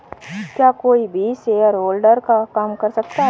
क्या कोई भी शेयरहोल्डर का काम कर सकता है?